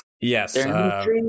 yes